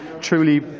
truly